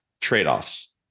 trade-offs